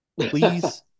please